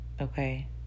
Okay